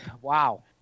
wow